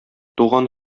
туган